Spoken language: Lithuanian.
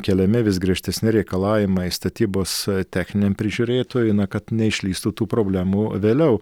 keliami vis griežtesni reikalavimai statybos techniniam prižiūrėtojui na kad neišlįstų tų problemų vėliau